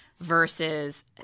versus